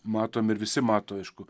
matom ir visi mato aišku